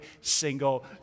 single